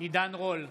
עידן רול,